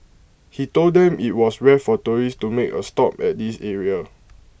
he told them IT was rare for tourists to make A stop at this area